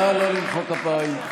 נא לא למחוא כפיים.